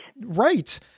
right